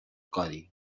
codi